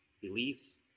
beliefs